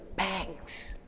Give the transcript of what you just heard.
banks.